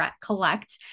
collect